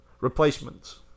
replacements